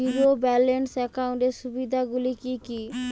Zero balance একাউন্টের সুবিধা গুলি কি কি?